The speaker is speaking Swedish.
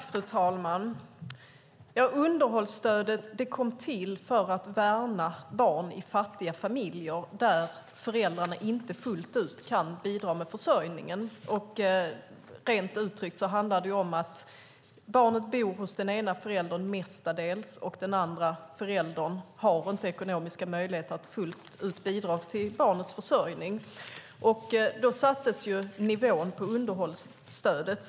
Fru talman! Underhållsstödet kom till för att värna barn i fattiga familjer där föräldrarna inte fullt ut kan försörja sig. Rent uttryckt handlar det om barn som bor hos den ena föräldern mestadels och att den andra föräldern inte har ekonomiska möjligheter att fullt ut bidra till barnets försörjning. Då sattes nivån på underhållsstödet.